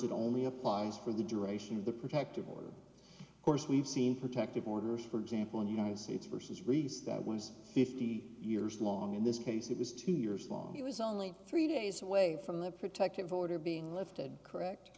it only applies for the duration of the protective order of course we've seen protective orders for example in united states versus release that was fifty years long in this case it was two years long he was only three days away from the protective order being lifted correct